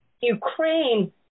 Ukraine